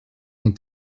een